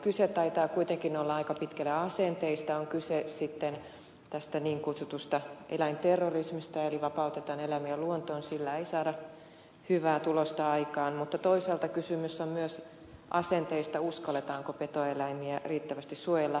kyse taitaa kuitenkin olla aika pitkälle asenteista on kyse sitten tästä niin kutsutusta eläinterrorismista eli eläinten vapauttamisesta luontoon sillä ei saada hyvää tulosta aikaan tai toisaalta siitä uskalletaanko petoeläimiä riittävästi suojella